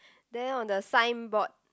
then on the signboard